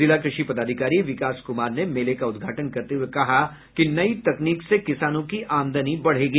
जिला कृषि पदाधिकारी विकास कुमार ने मेले का उद्घाटन करते हुए कहा कि नई तकनीक से किसानों की आमदनी बढ़ेगी